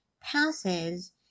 passes